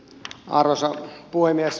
arvoisa puhemies